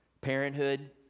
Parenthood